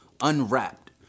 unwrapped